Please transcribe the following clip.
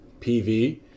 PV